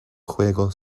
juego